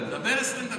דבר 20 דקות.